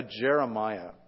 Jeremiah